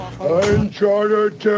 Uncharted